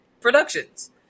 productions